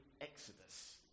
Exodus